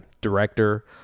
director